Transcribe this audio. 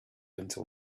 until